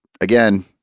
again